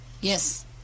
Yes